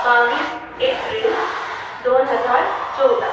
बावीस एप्रिल दोन हजार चौवदा